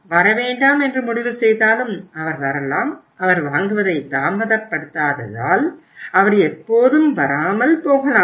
வரவேண்டாம் என்று முடிவு செய்தாலும் அவர் வரலாம் அவர் வாங்குவதை தாமதப்படுத்தாததால் அவர் எப்போதும் வராமல் போகலாம்